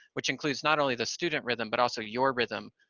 which includes not only the student rhythm, but also your rhythm,